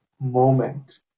moment